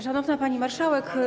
Szanowna Pani Marszałek!